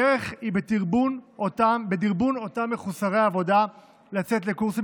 הדרך היא דרבון אותם מחוסרי עבודה לצאת לקורסים